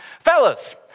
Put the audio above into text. Fellas